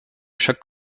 chaque